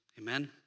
Amen